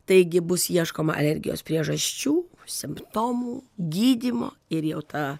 taigi bus ieškoma alergijos priežasčių simptomų gydymo ir jau ta